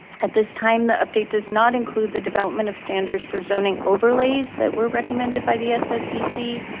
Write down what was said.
at this time, that update does not include the development of standards for zoning overlays that were recommended by the sscc.